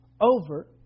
over